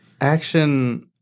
action